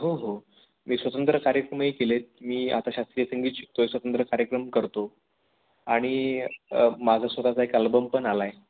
हो हो मी स्वतंत्र कार्यक्रमही केलेत मी आता शास्त्रीय संगीत शिकतोय स्वतंत्र कार्यक्रम करतो आणि माझा स्वतःचा एक अल्बम पण आला आहे